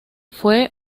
fue